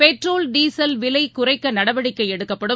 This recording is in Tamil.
petrol diesel விலைகுறைக்கநடவடிக்கைஎடுக்கப்படும்